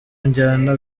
njyana